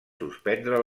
suspendre